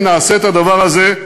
אם נעשה את הדבר הזה,